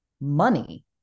money